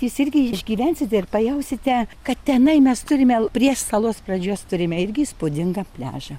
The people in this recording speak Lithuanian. jūs irgi išgyvensite ir pajausite kad tenai mes turime prie salos pradžios turime irgi įspūdingą pliažą